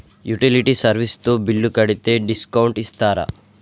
Utility service తో bill కడితే discount ఇస్తరా?